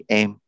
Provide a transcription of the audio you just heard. em